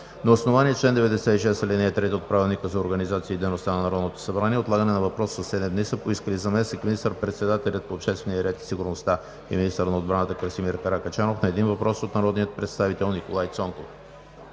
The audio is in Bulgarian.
На основание чл. 96, ал. 3 от Правилника за организацията и дейността на Народното събрание отлагане на въпрос със седем дни са поискали: - заместник министър-председателят по обществения ред и сигурността и министър на отбраната Красимир Каракачанов – на един въпрос от народния представител Николай Цонков;